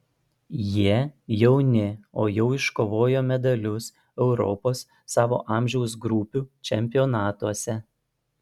jie jauni o jau iškovojo medalius europos savo amžiaus grupių čempionatuose